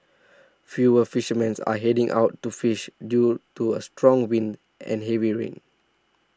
fewer fishermens are heading out to fish due to strong winds and heavy rain